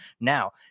Now